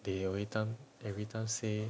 they every time every time say